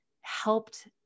helped